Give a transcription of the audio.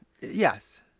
Yes